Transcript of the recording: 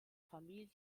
familie